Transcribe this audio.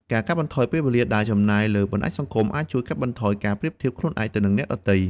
ការកាត់បន្ថយពេលវេលាដែលអ្នកចំណាយលើបណ្តាញសង្គមអាចជួយកាត់បន្ថយការប្រៀបធៀបខ្លួនឯងទៅនឹងអ្នកដទៃ។